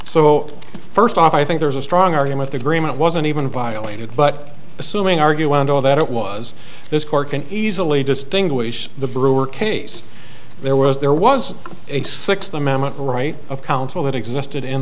so first off i think there's a strong argument the green light wasn't even violated but assuming argue and all that it was this court can easily distinguish the brewer case there was there was a sixth amendment right of counsel that existed in